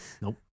nope